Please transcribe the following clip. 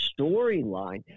storyline